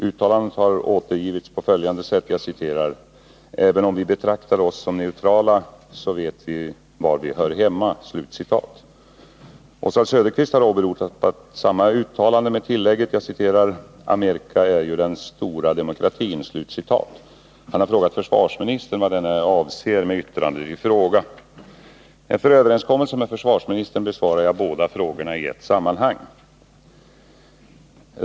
Uttalandet har återgivits på följande sätt: ”Även om vi betraktar oss som neutrala, så vet vi var vi hör hemma.” Oswald Söderqvist har åberopat samma uttalande med tillägget: ”Amerika är ju den stora demokratin.” Han har frågat försvarsministern vad denne avser med yttrandet i fråga. Efter överenskommelse med försvarsministern besvarar jag båda frågorna i ett sammanhang.